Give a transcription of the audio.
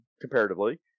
comparatively